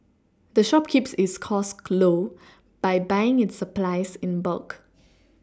the shop keeps its costs low by buying its supplies in bulk